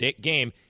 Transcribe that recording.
game